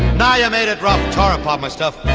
and i ah made it wrong. toreport my stuff.